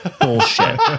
bullshit